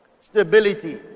Stability